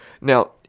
Now